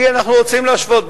להגיד: אנחנו רוצים להשוות.